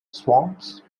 swamps